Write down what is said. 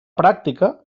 pràctica